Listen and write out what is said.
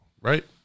right